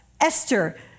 Esther